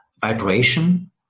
vibration